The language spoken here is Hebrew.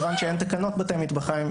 מכיוון שאין תקנות בתי מטבחיים,